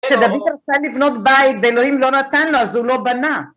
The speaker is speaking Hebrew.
כשדוד רצה לבנות בית ואלוהים לא נתן לו, אז הוא לא בנה.